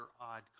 odd